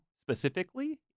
specifically